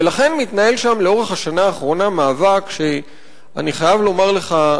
ולכן מתנהל שם לאורך השנה האחרונה מאבק שאני חייב לומר לך,